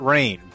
Rain